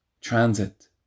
Transit